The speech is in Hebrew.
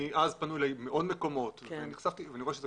אז פנו אליי מעוד מקומות ונחשפתי, ואני רואה שיש